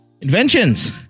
Inventions